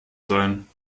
sein